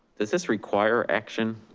this this require action,